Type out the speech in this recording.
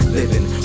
living